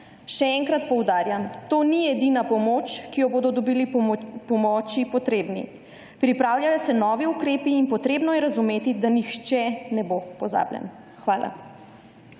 Še enkrat poudarjam, to ni edina pomoč, ki jo bodo dobili pomoči potrebni. Pripravljajo se novi ukrepi in potrebno je razumeti, da nihče ne bo pozabljen. Hvala.